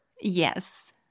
Yes